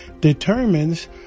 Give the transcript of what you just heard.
determines